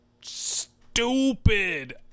stupid